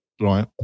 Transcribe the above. Right